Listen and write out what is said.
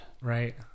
Right